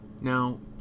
Now